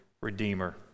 redeemer